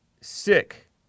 sick